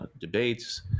debates